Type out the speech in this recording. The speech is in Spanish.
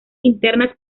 internas